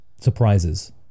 surprises